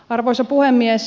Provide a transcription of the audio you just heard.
arvoisa puhemies